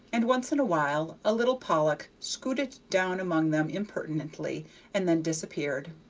and once in a while a little pollock scooted down among them impertinently and then disappeared.